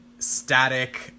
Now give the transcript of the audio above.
static